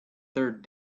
third